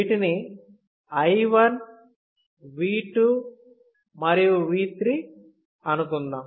వీటిని I 1 V2 మరియు V3 అనుకుందాం